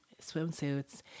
swimsuits